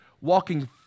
walking